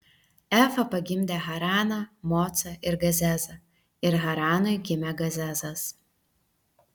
efa pagimdė haraną mocą ir gazezą ir haranui gimė gazezas